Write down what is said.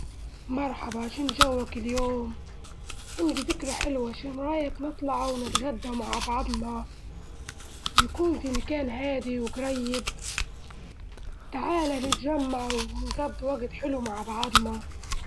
مرحبًا، شون جوك اليوم؟ عندي فكرة حلوة شون رأيك نطلعوا ونتغدى مع بعضنا؟ ويكون في مكان هادي وجريب، تعالى نتجمع ونجضي وقت حلو مع بعضنا.